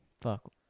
Fuck